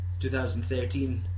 2013